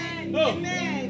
Amen